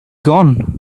gone